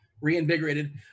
reinvigorated